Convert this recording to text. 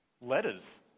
letters